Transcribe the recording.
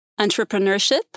entrepreneurship